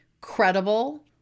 credible